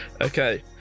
Okay